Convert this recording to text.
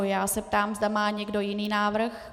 Já se ptám, zda má někdo jiný návrh.